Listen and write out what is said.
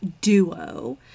duo